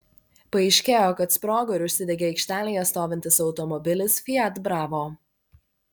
paaiškėjo kad sprogo ir užsidegė aikštelėje stovintis automobilis fiat bravo